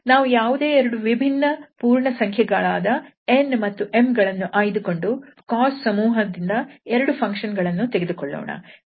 ನಾವು ಯಾವುದೇ ಎರಡು ವಿಭಿನ್ನ ಪೂರ್ಣಸಂಖ್ಯೆಗಳಾದ 𝑚 ಮತ್ತು 𝑛 ಗಳನ್ನು ಆಯ್ದುಕೊಂಡು cos ಸಮೂಹದಿಂದ ಎರಡು ಫಂಕ್ಷನ್ ಗಳನ್ನು ತೆಗೆದುಕೊಳ್ಳೋಣ